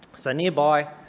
so nearby,